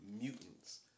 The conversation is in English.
mutants